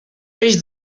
peix